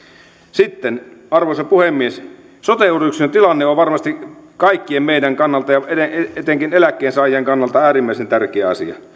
sitten arvoisa puhemies sote uudistuksen tilanne on varmasti kaikkien meidän kannaltamme ja etenkin eläkkeensaajien kannalta äärimmäisen tärkeä asia